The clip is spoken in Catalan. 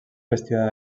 vestida